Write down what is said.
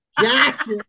Gotcha